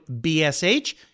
BSH